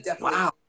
Wow